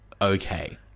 Okay